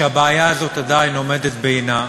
שהבעיה הזאת עדיין עומדת בעינה.